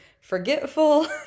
forgetful